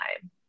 time